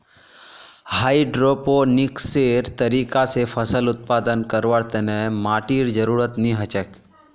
हाइड्रोपोनिक्सेर तरीका स फसल उत्पादन करवार तने माटीर जरुरत नी हछेक